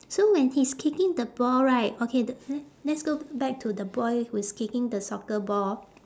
so when he's kicking the ball right okay t~ l~ let's go back to the boy who is kicking the soccer ball